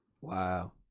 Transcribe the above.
Wow